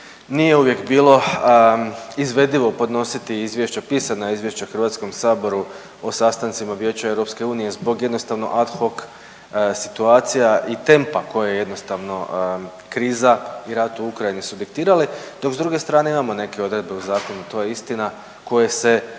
nije uvijek bilo izvedivo podnositi izvješća, pisana izvješća Hrvatskom saboru o sastancima Vijeća Europske unije zbog jednostavnih ad hoc situacija i tempa koje je jednostavno kriza i rat u Ukrajini su diktirali. Dok s druge strane imamo neke odredbe u zakonu to je istina koje se